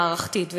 המערכתית,